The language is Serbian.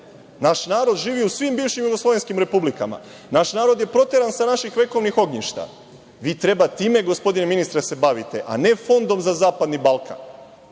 Naš narod živi u svim bivšim jugoslovenskim republikama. Naš narod je proteran sa vekovnih ognjišta. Vi time treba, gospodine ministre, da se bavite, a ne Fondom za zapadni Balkan. Šta